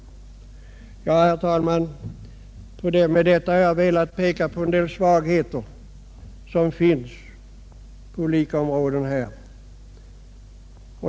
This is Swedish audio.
Herr talman! Med detta har jag velat peka på en del svagheter som finns på olika områden.